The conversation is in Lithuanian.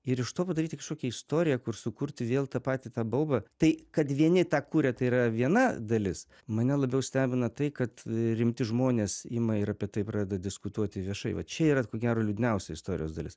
ir iš to padaryti kažkokią istoriją kur sukurti vėl tą patį tą baubą tai kad vieni tą kuria tai yra viena dalis mane labiau stebina tai kad rimti žmonės ima ir apie tai pradeda diskutuoti viešai va čia yra ko gero liūdniausia istorijos dalis